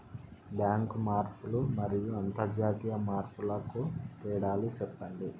Bank మార్పులు మరియు అంతర్జాతీయ మార్పుల కు తేడాలు సెప్పండి?